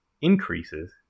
increases